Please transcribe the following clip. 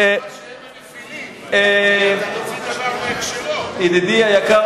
יצאת מנקודת הנחה שהם הנפילים, ידידי היקר